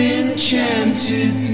enchanted